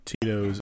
Tito's